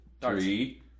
Three